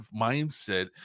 mindset